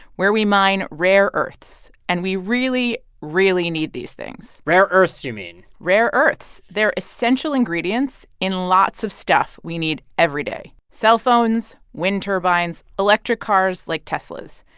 where we mine rare earths. and we really, really need these things rare earths, you mean rare earths. they're essential ingredients in lots of stuff we need every day cell phones, wind turbines, electric cars like teslas.